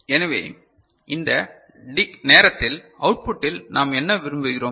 எனவே அந்த நேரத்தில் அவுட்புட்டில் நாம் என்ன விரும்புகிறோம்